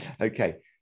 okay